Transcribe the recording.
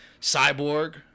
cyborg